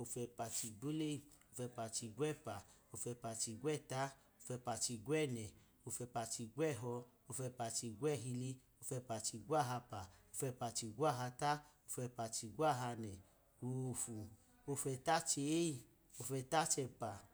ofu ẹpa chigwo leyi ofu ẹpa chigwo ẹpu, ofu ẹpa chigwo ẹta, ofu ẹpa chigwo ẹnẹ, ofu ẹpa chigwo ẹhọ, ofu ẹpa chigwo ẹhilik, ofu ẹpa chigwo ahapa, ofu ẹpa chigwo ahata, ofu ẹpa chigwo ahanẹ, ofu, ofu eta cheyi ofuetachepa.